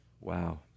Wow